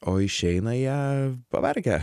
o išeina jie pavargę